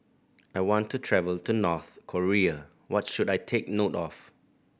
I want to travel to North Korea what should I take note of